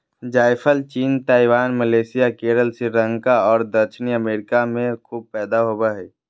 जायफल चीन, Taiwan, Malaysia, Kerala, Sri Lanka और दक्षिणी अमेरिका में खूब पैदा होबो हइ